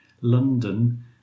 London